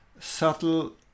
subtle